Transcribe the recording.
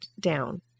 down